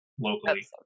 locally